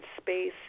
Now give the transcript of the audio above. space